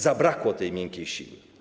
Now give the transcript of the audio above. Zabrakło tej miękkiej siły.